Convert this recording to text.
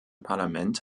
parlament